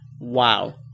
Wow